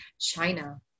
China